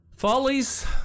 Follies